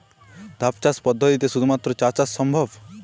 ধাপ চাষ পদ্ধতিতে শুধুমাত্র চা চাষ সম্ভব?